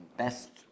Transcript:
best